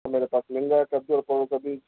تو میرے پاس مل جائے گا کدو اور پرور کا بیج